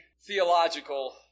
theological